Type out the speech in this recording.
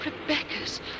Rebecca's